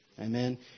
Amen